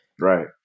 Right